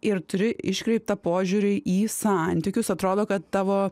ir turi iškreiptą požiūrį į santykius atrodo kad tavo